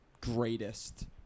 greatest